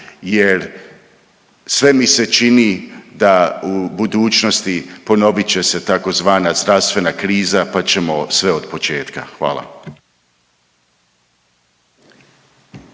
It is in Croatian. jer sve mi se čini da u budućnosti ponovit će se tzv. zdravstvena kriza, pa ćemo sve otpočetka, hvala.